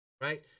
Right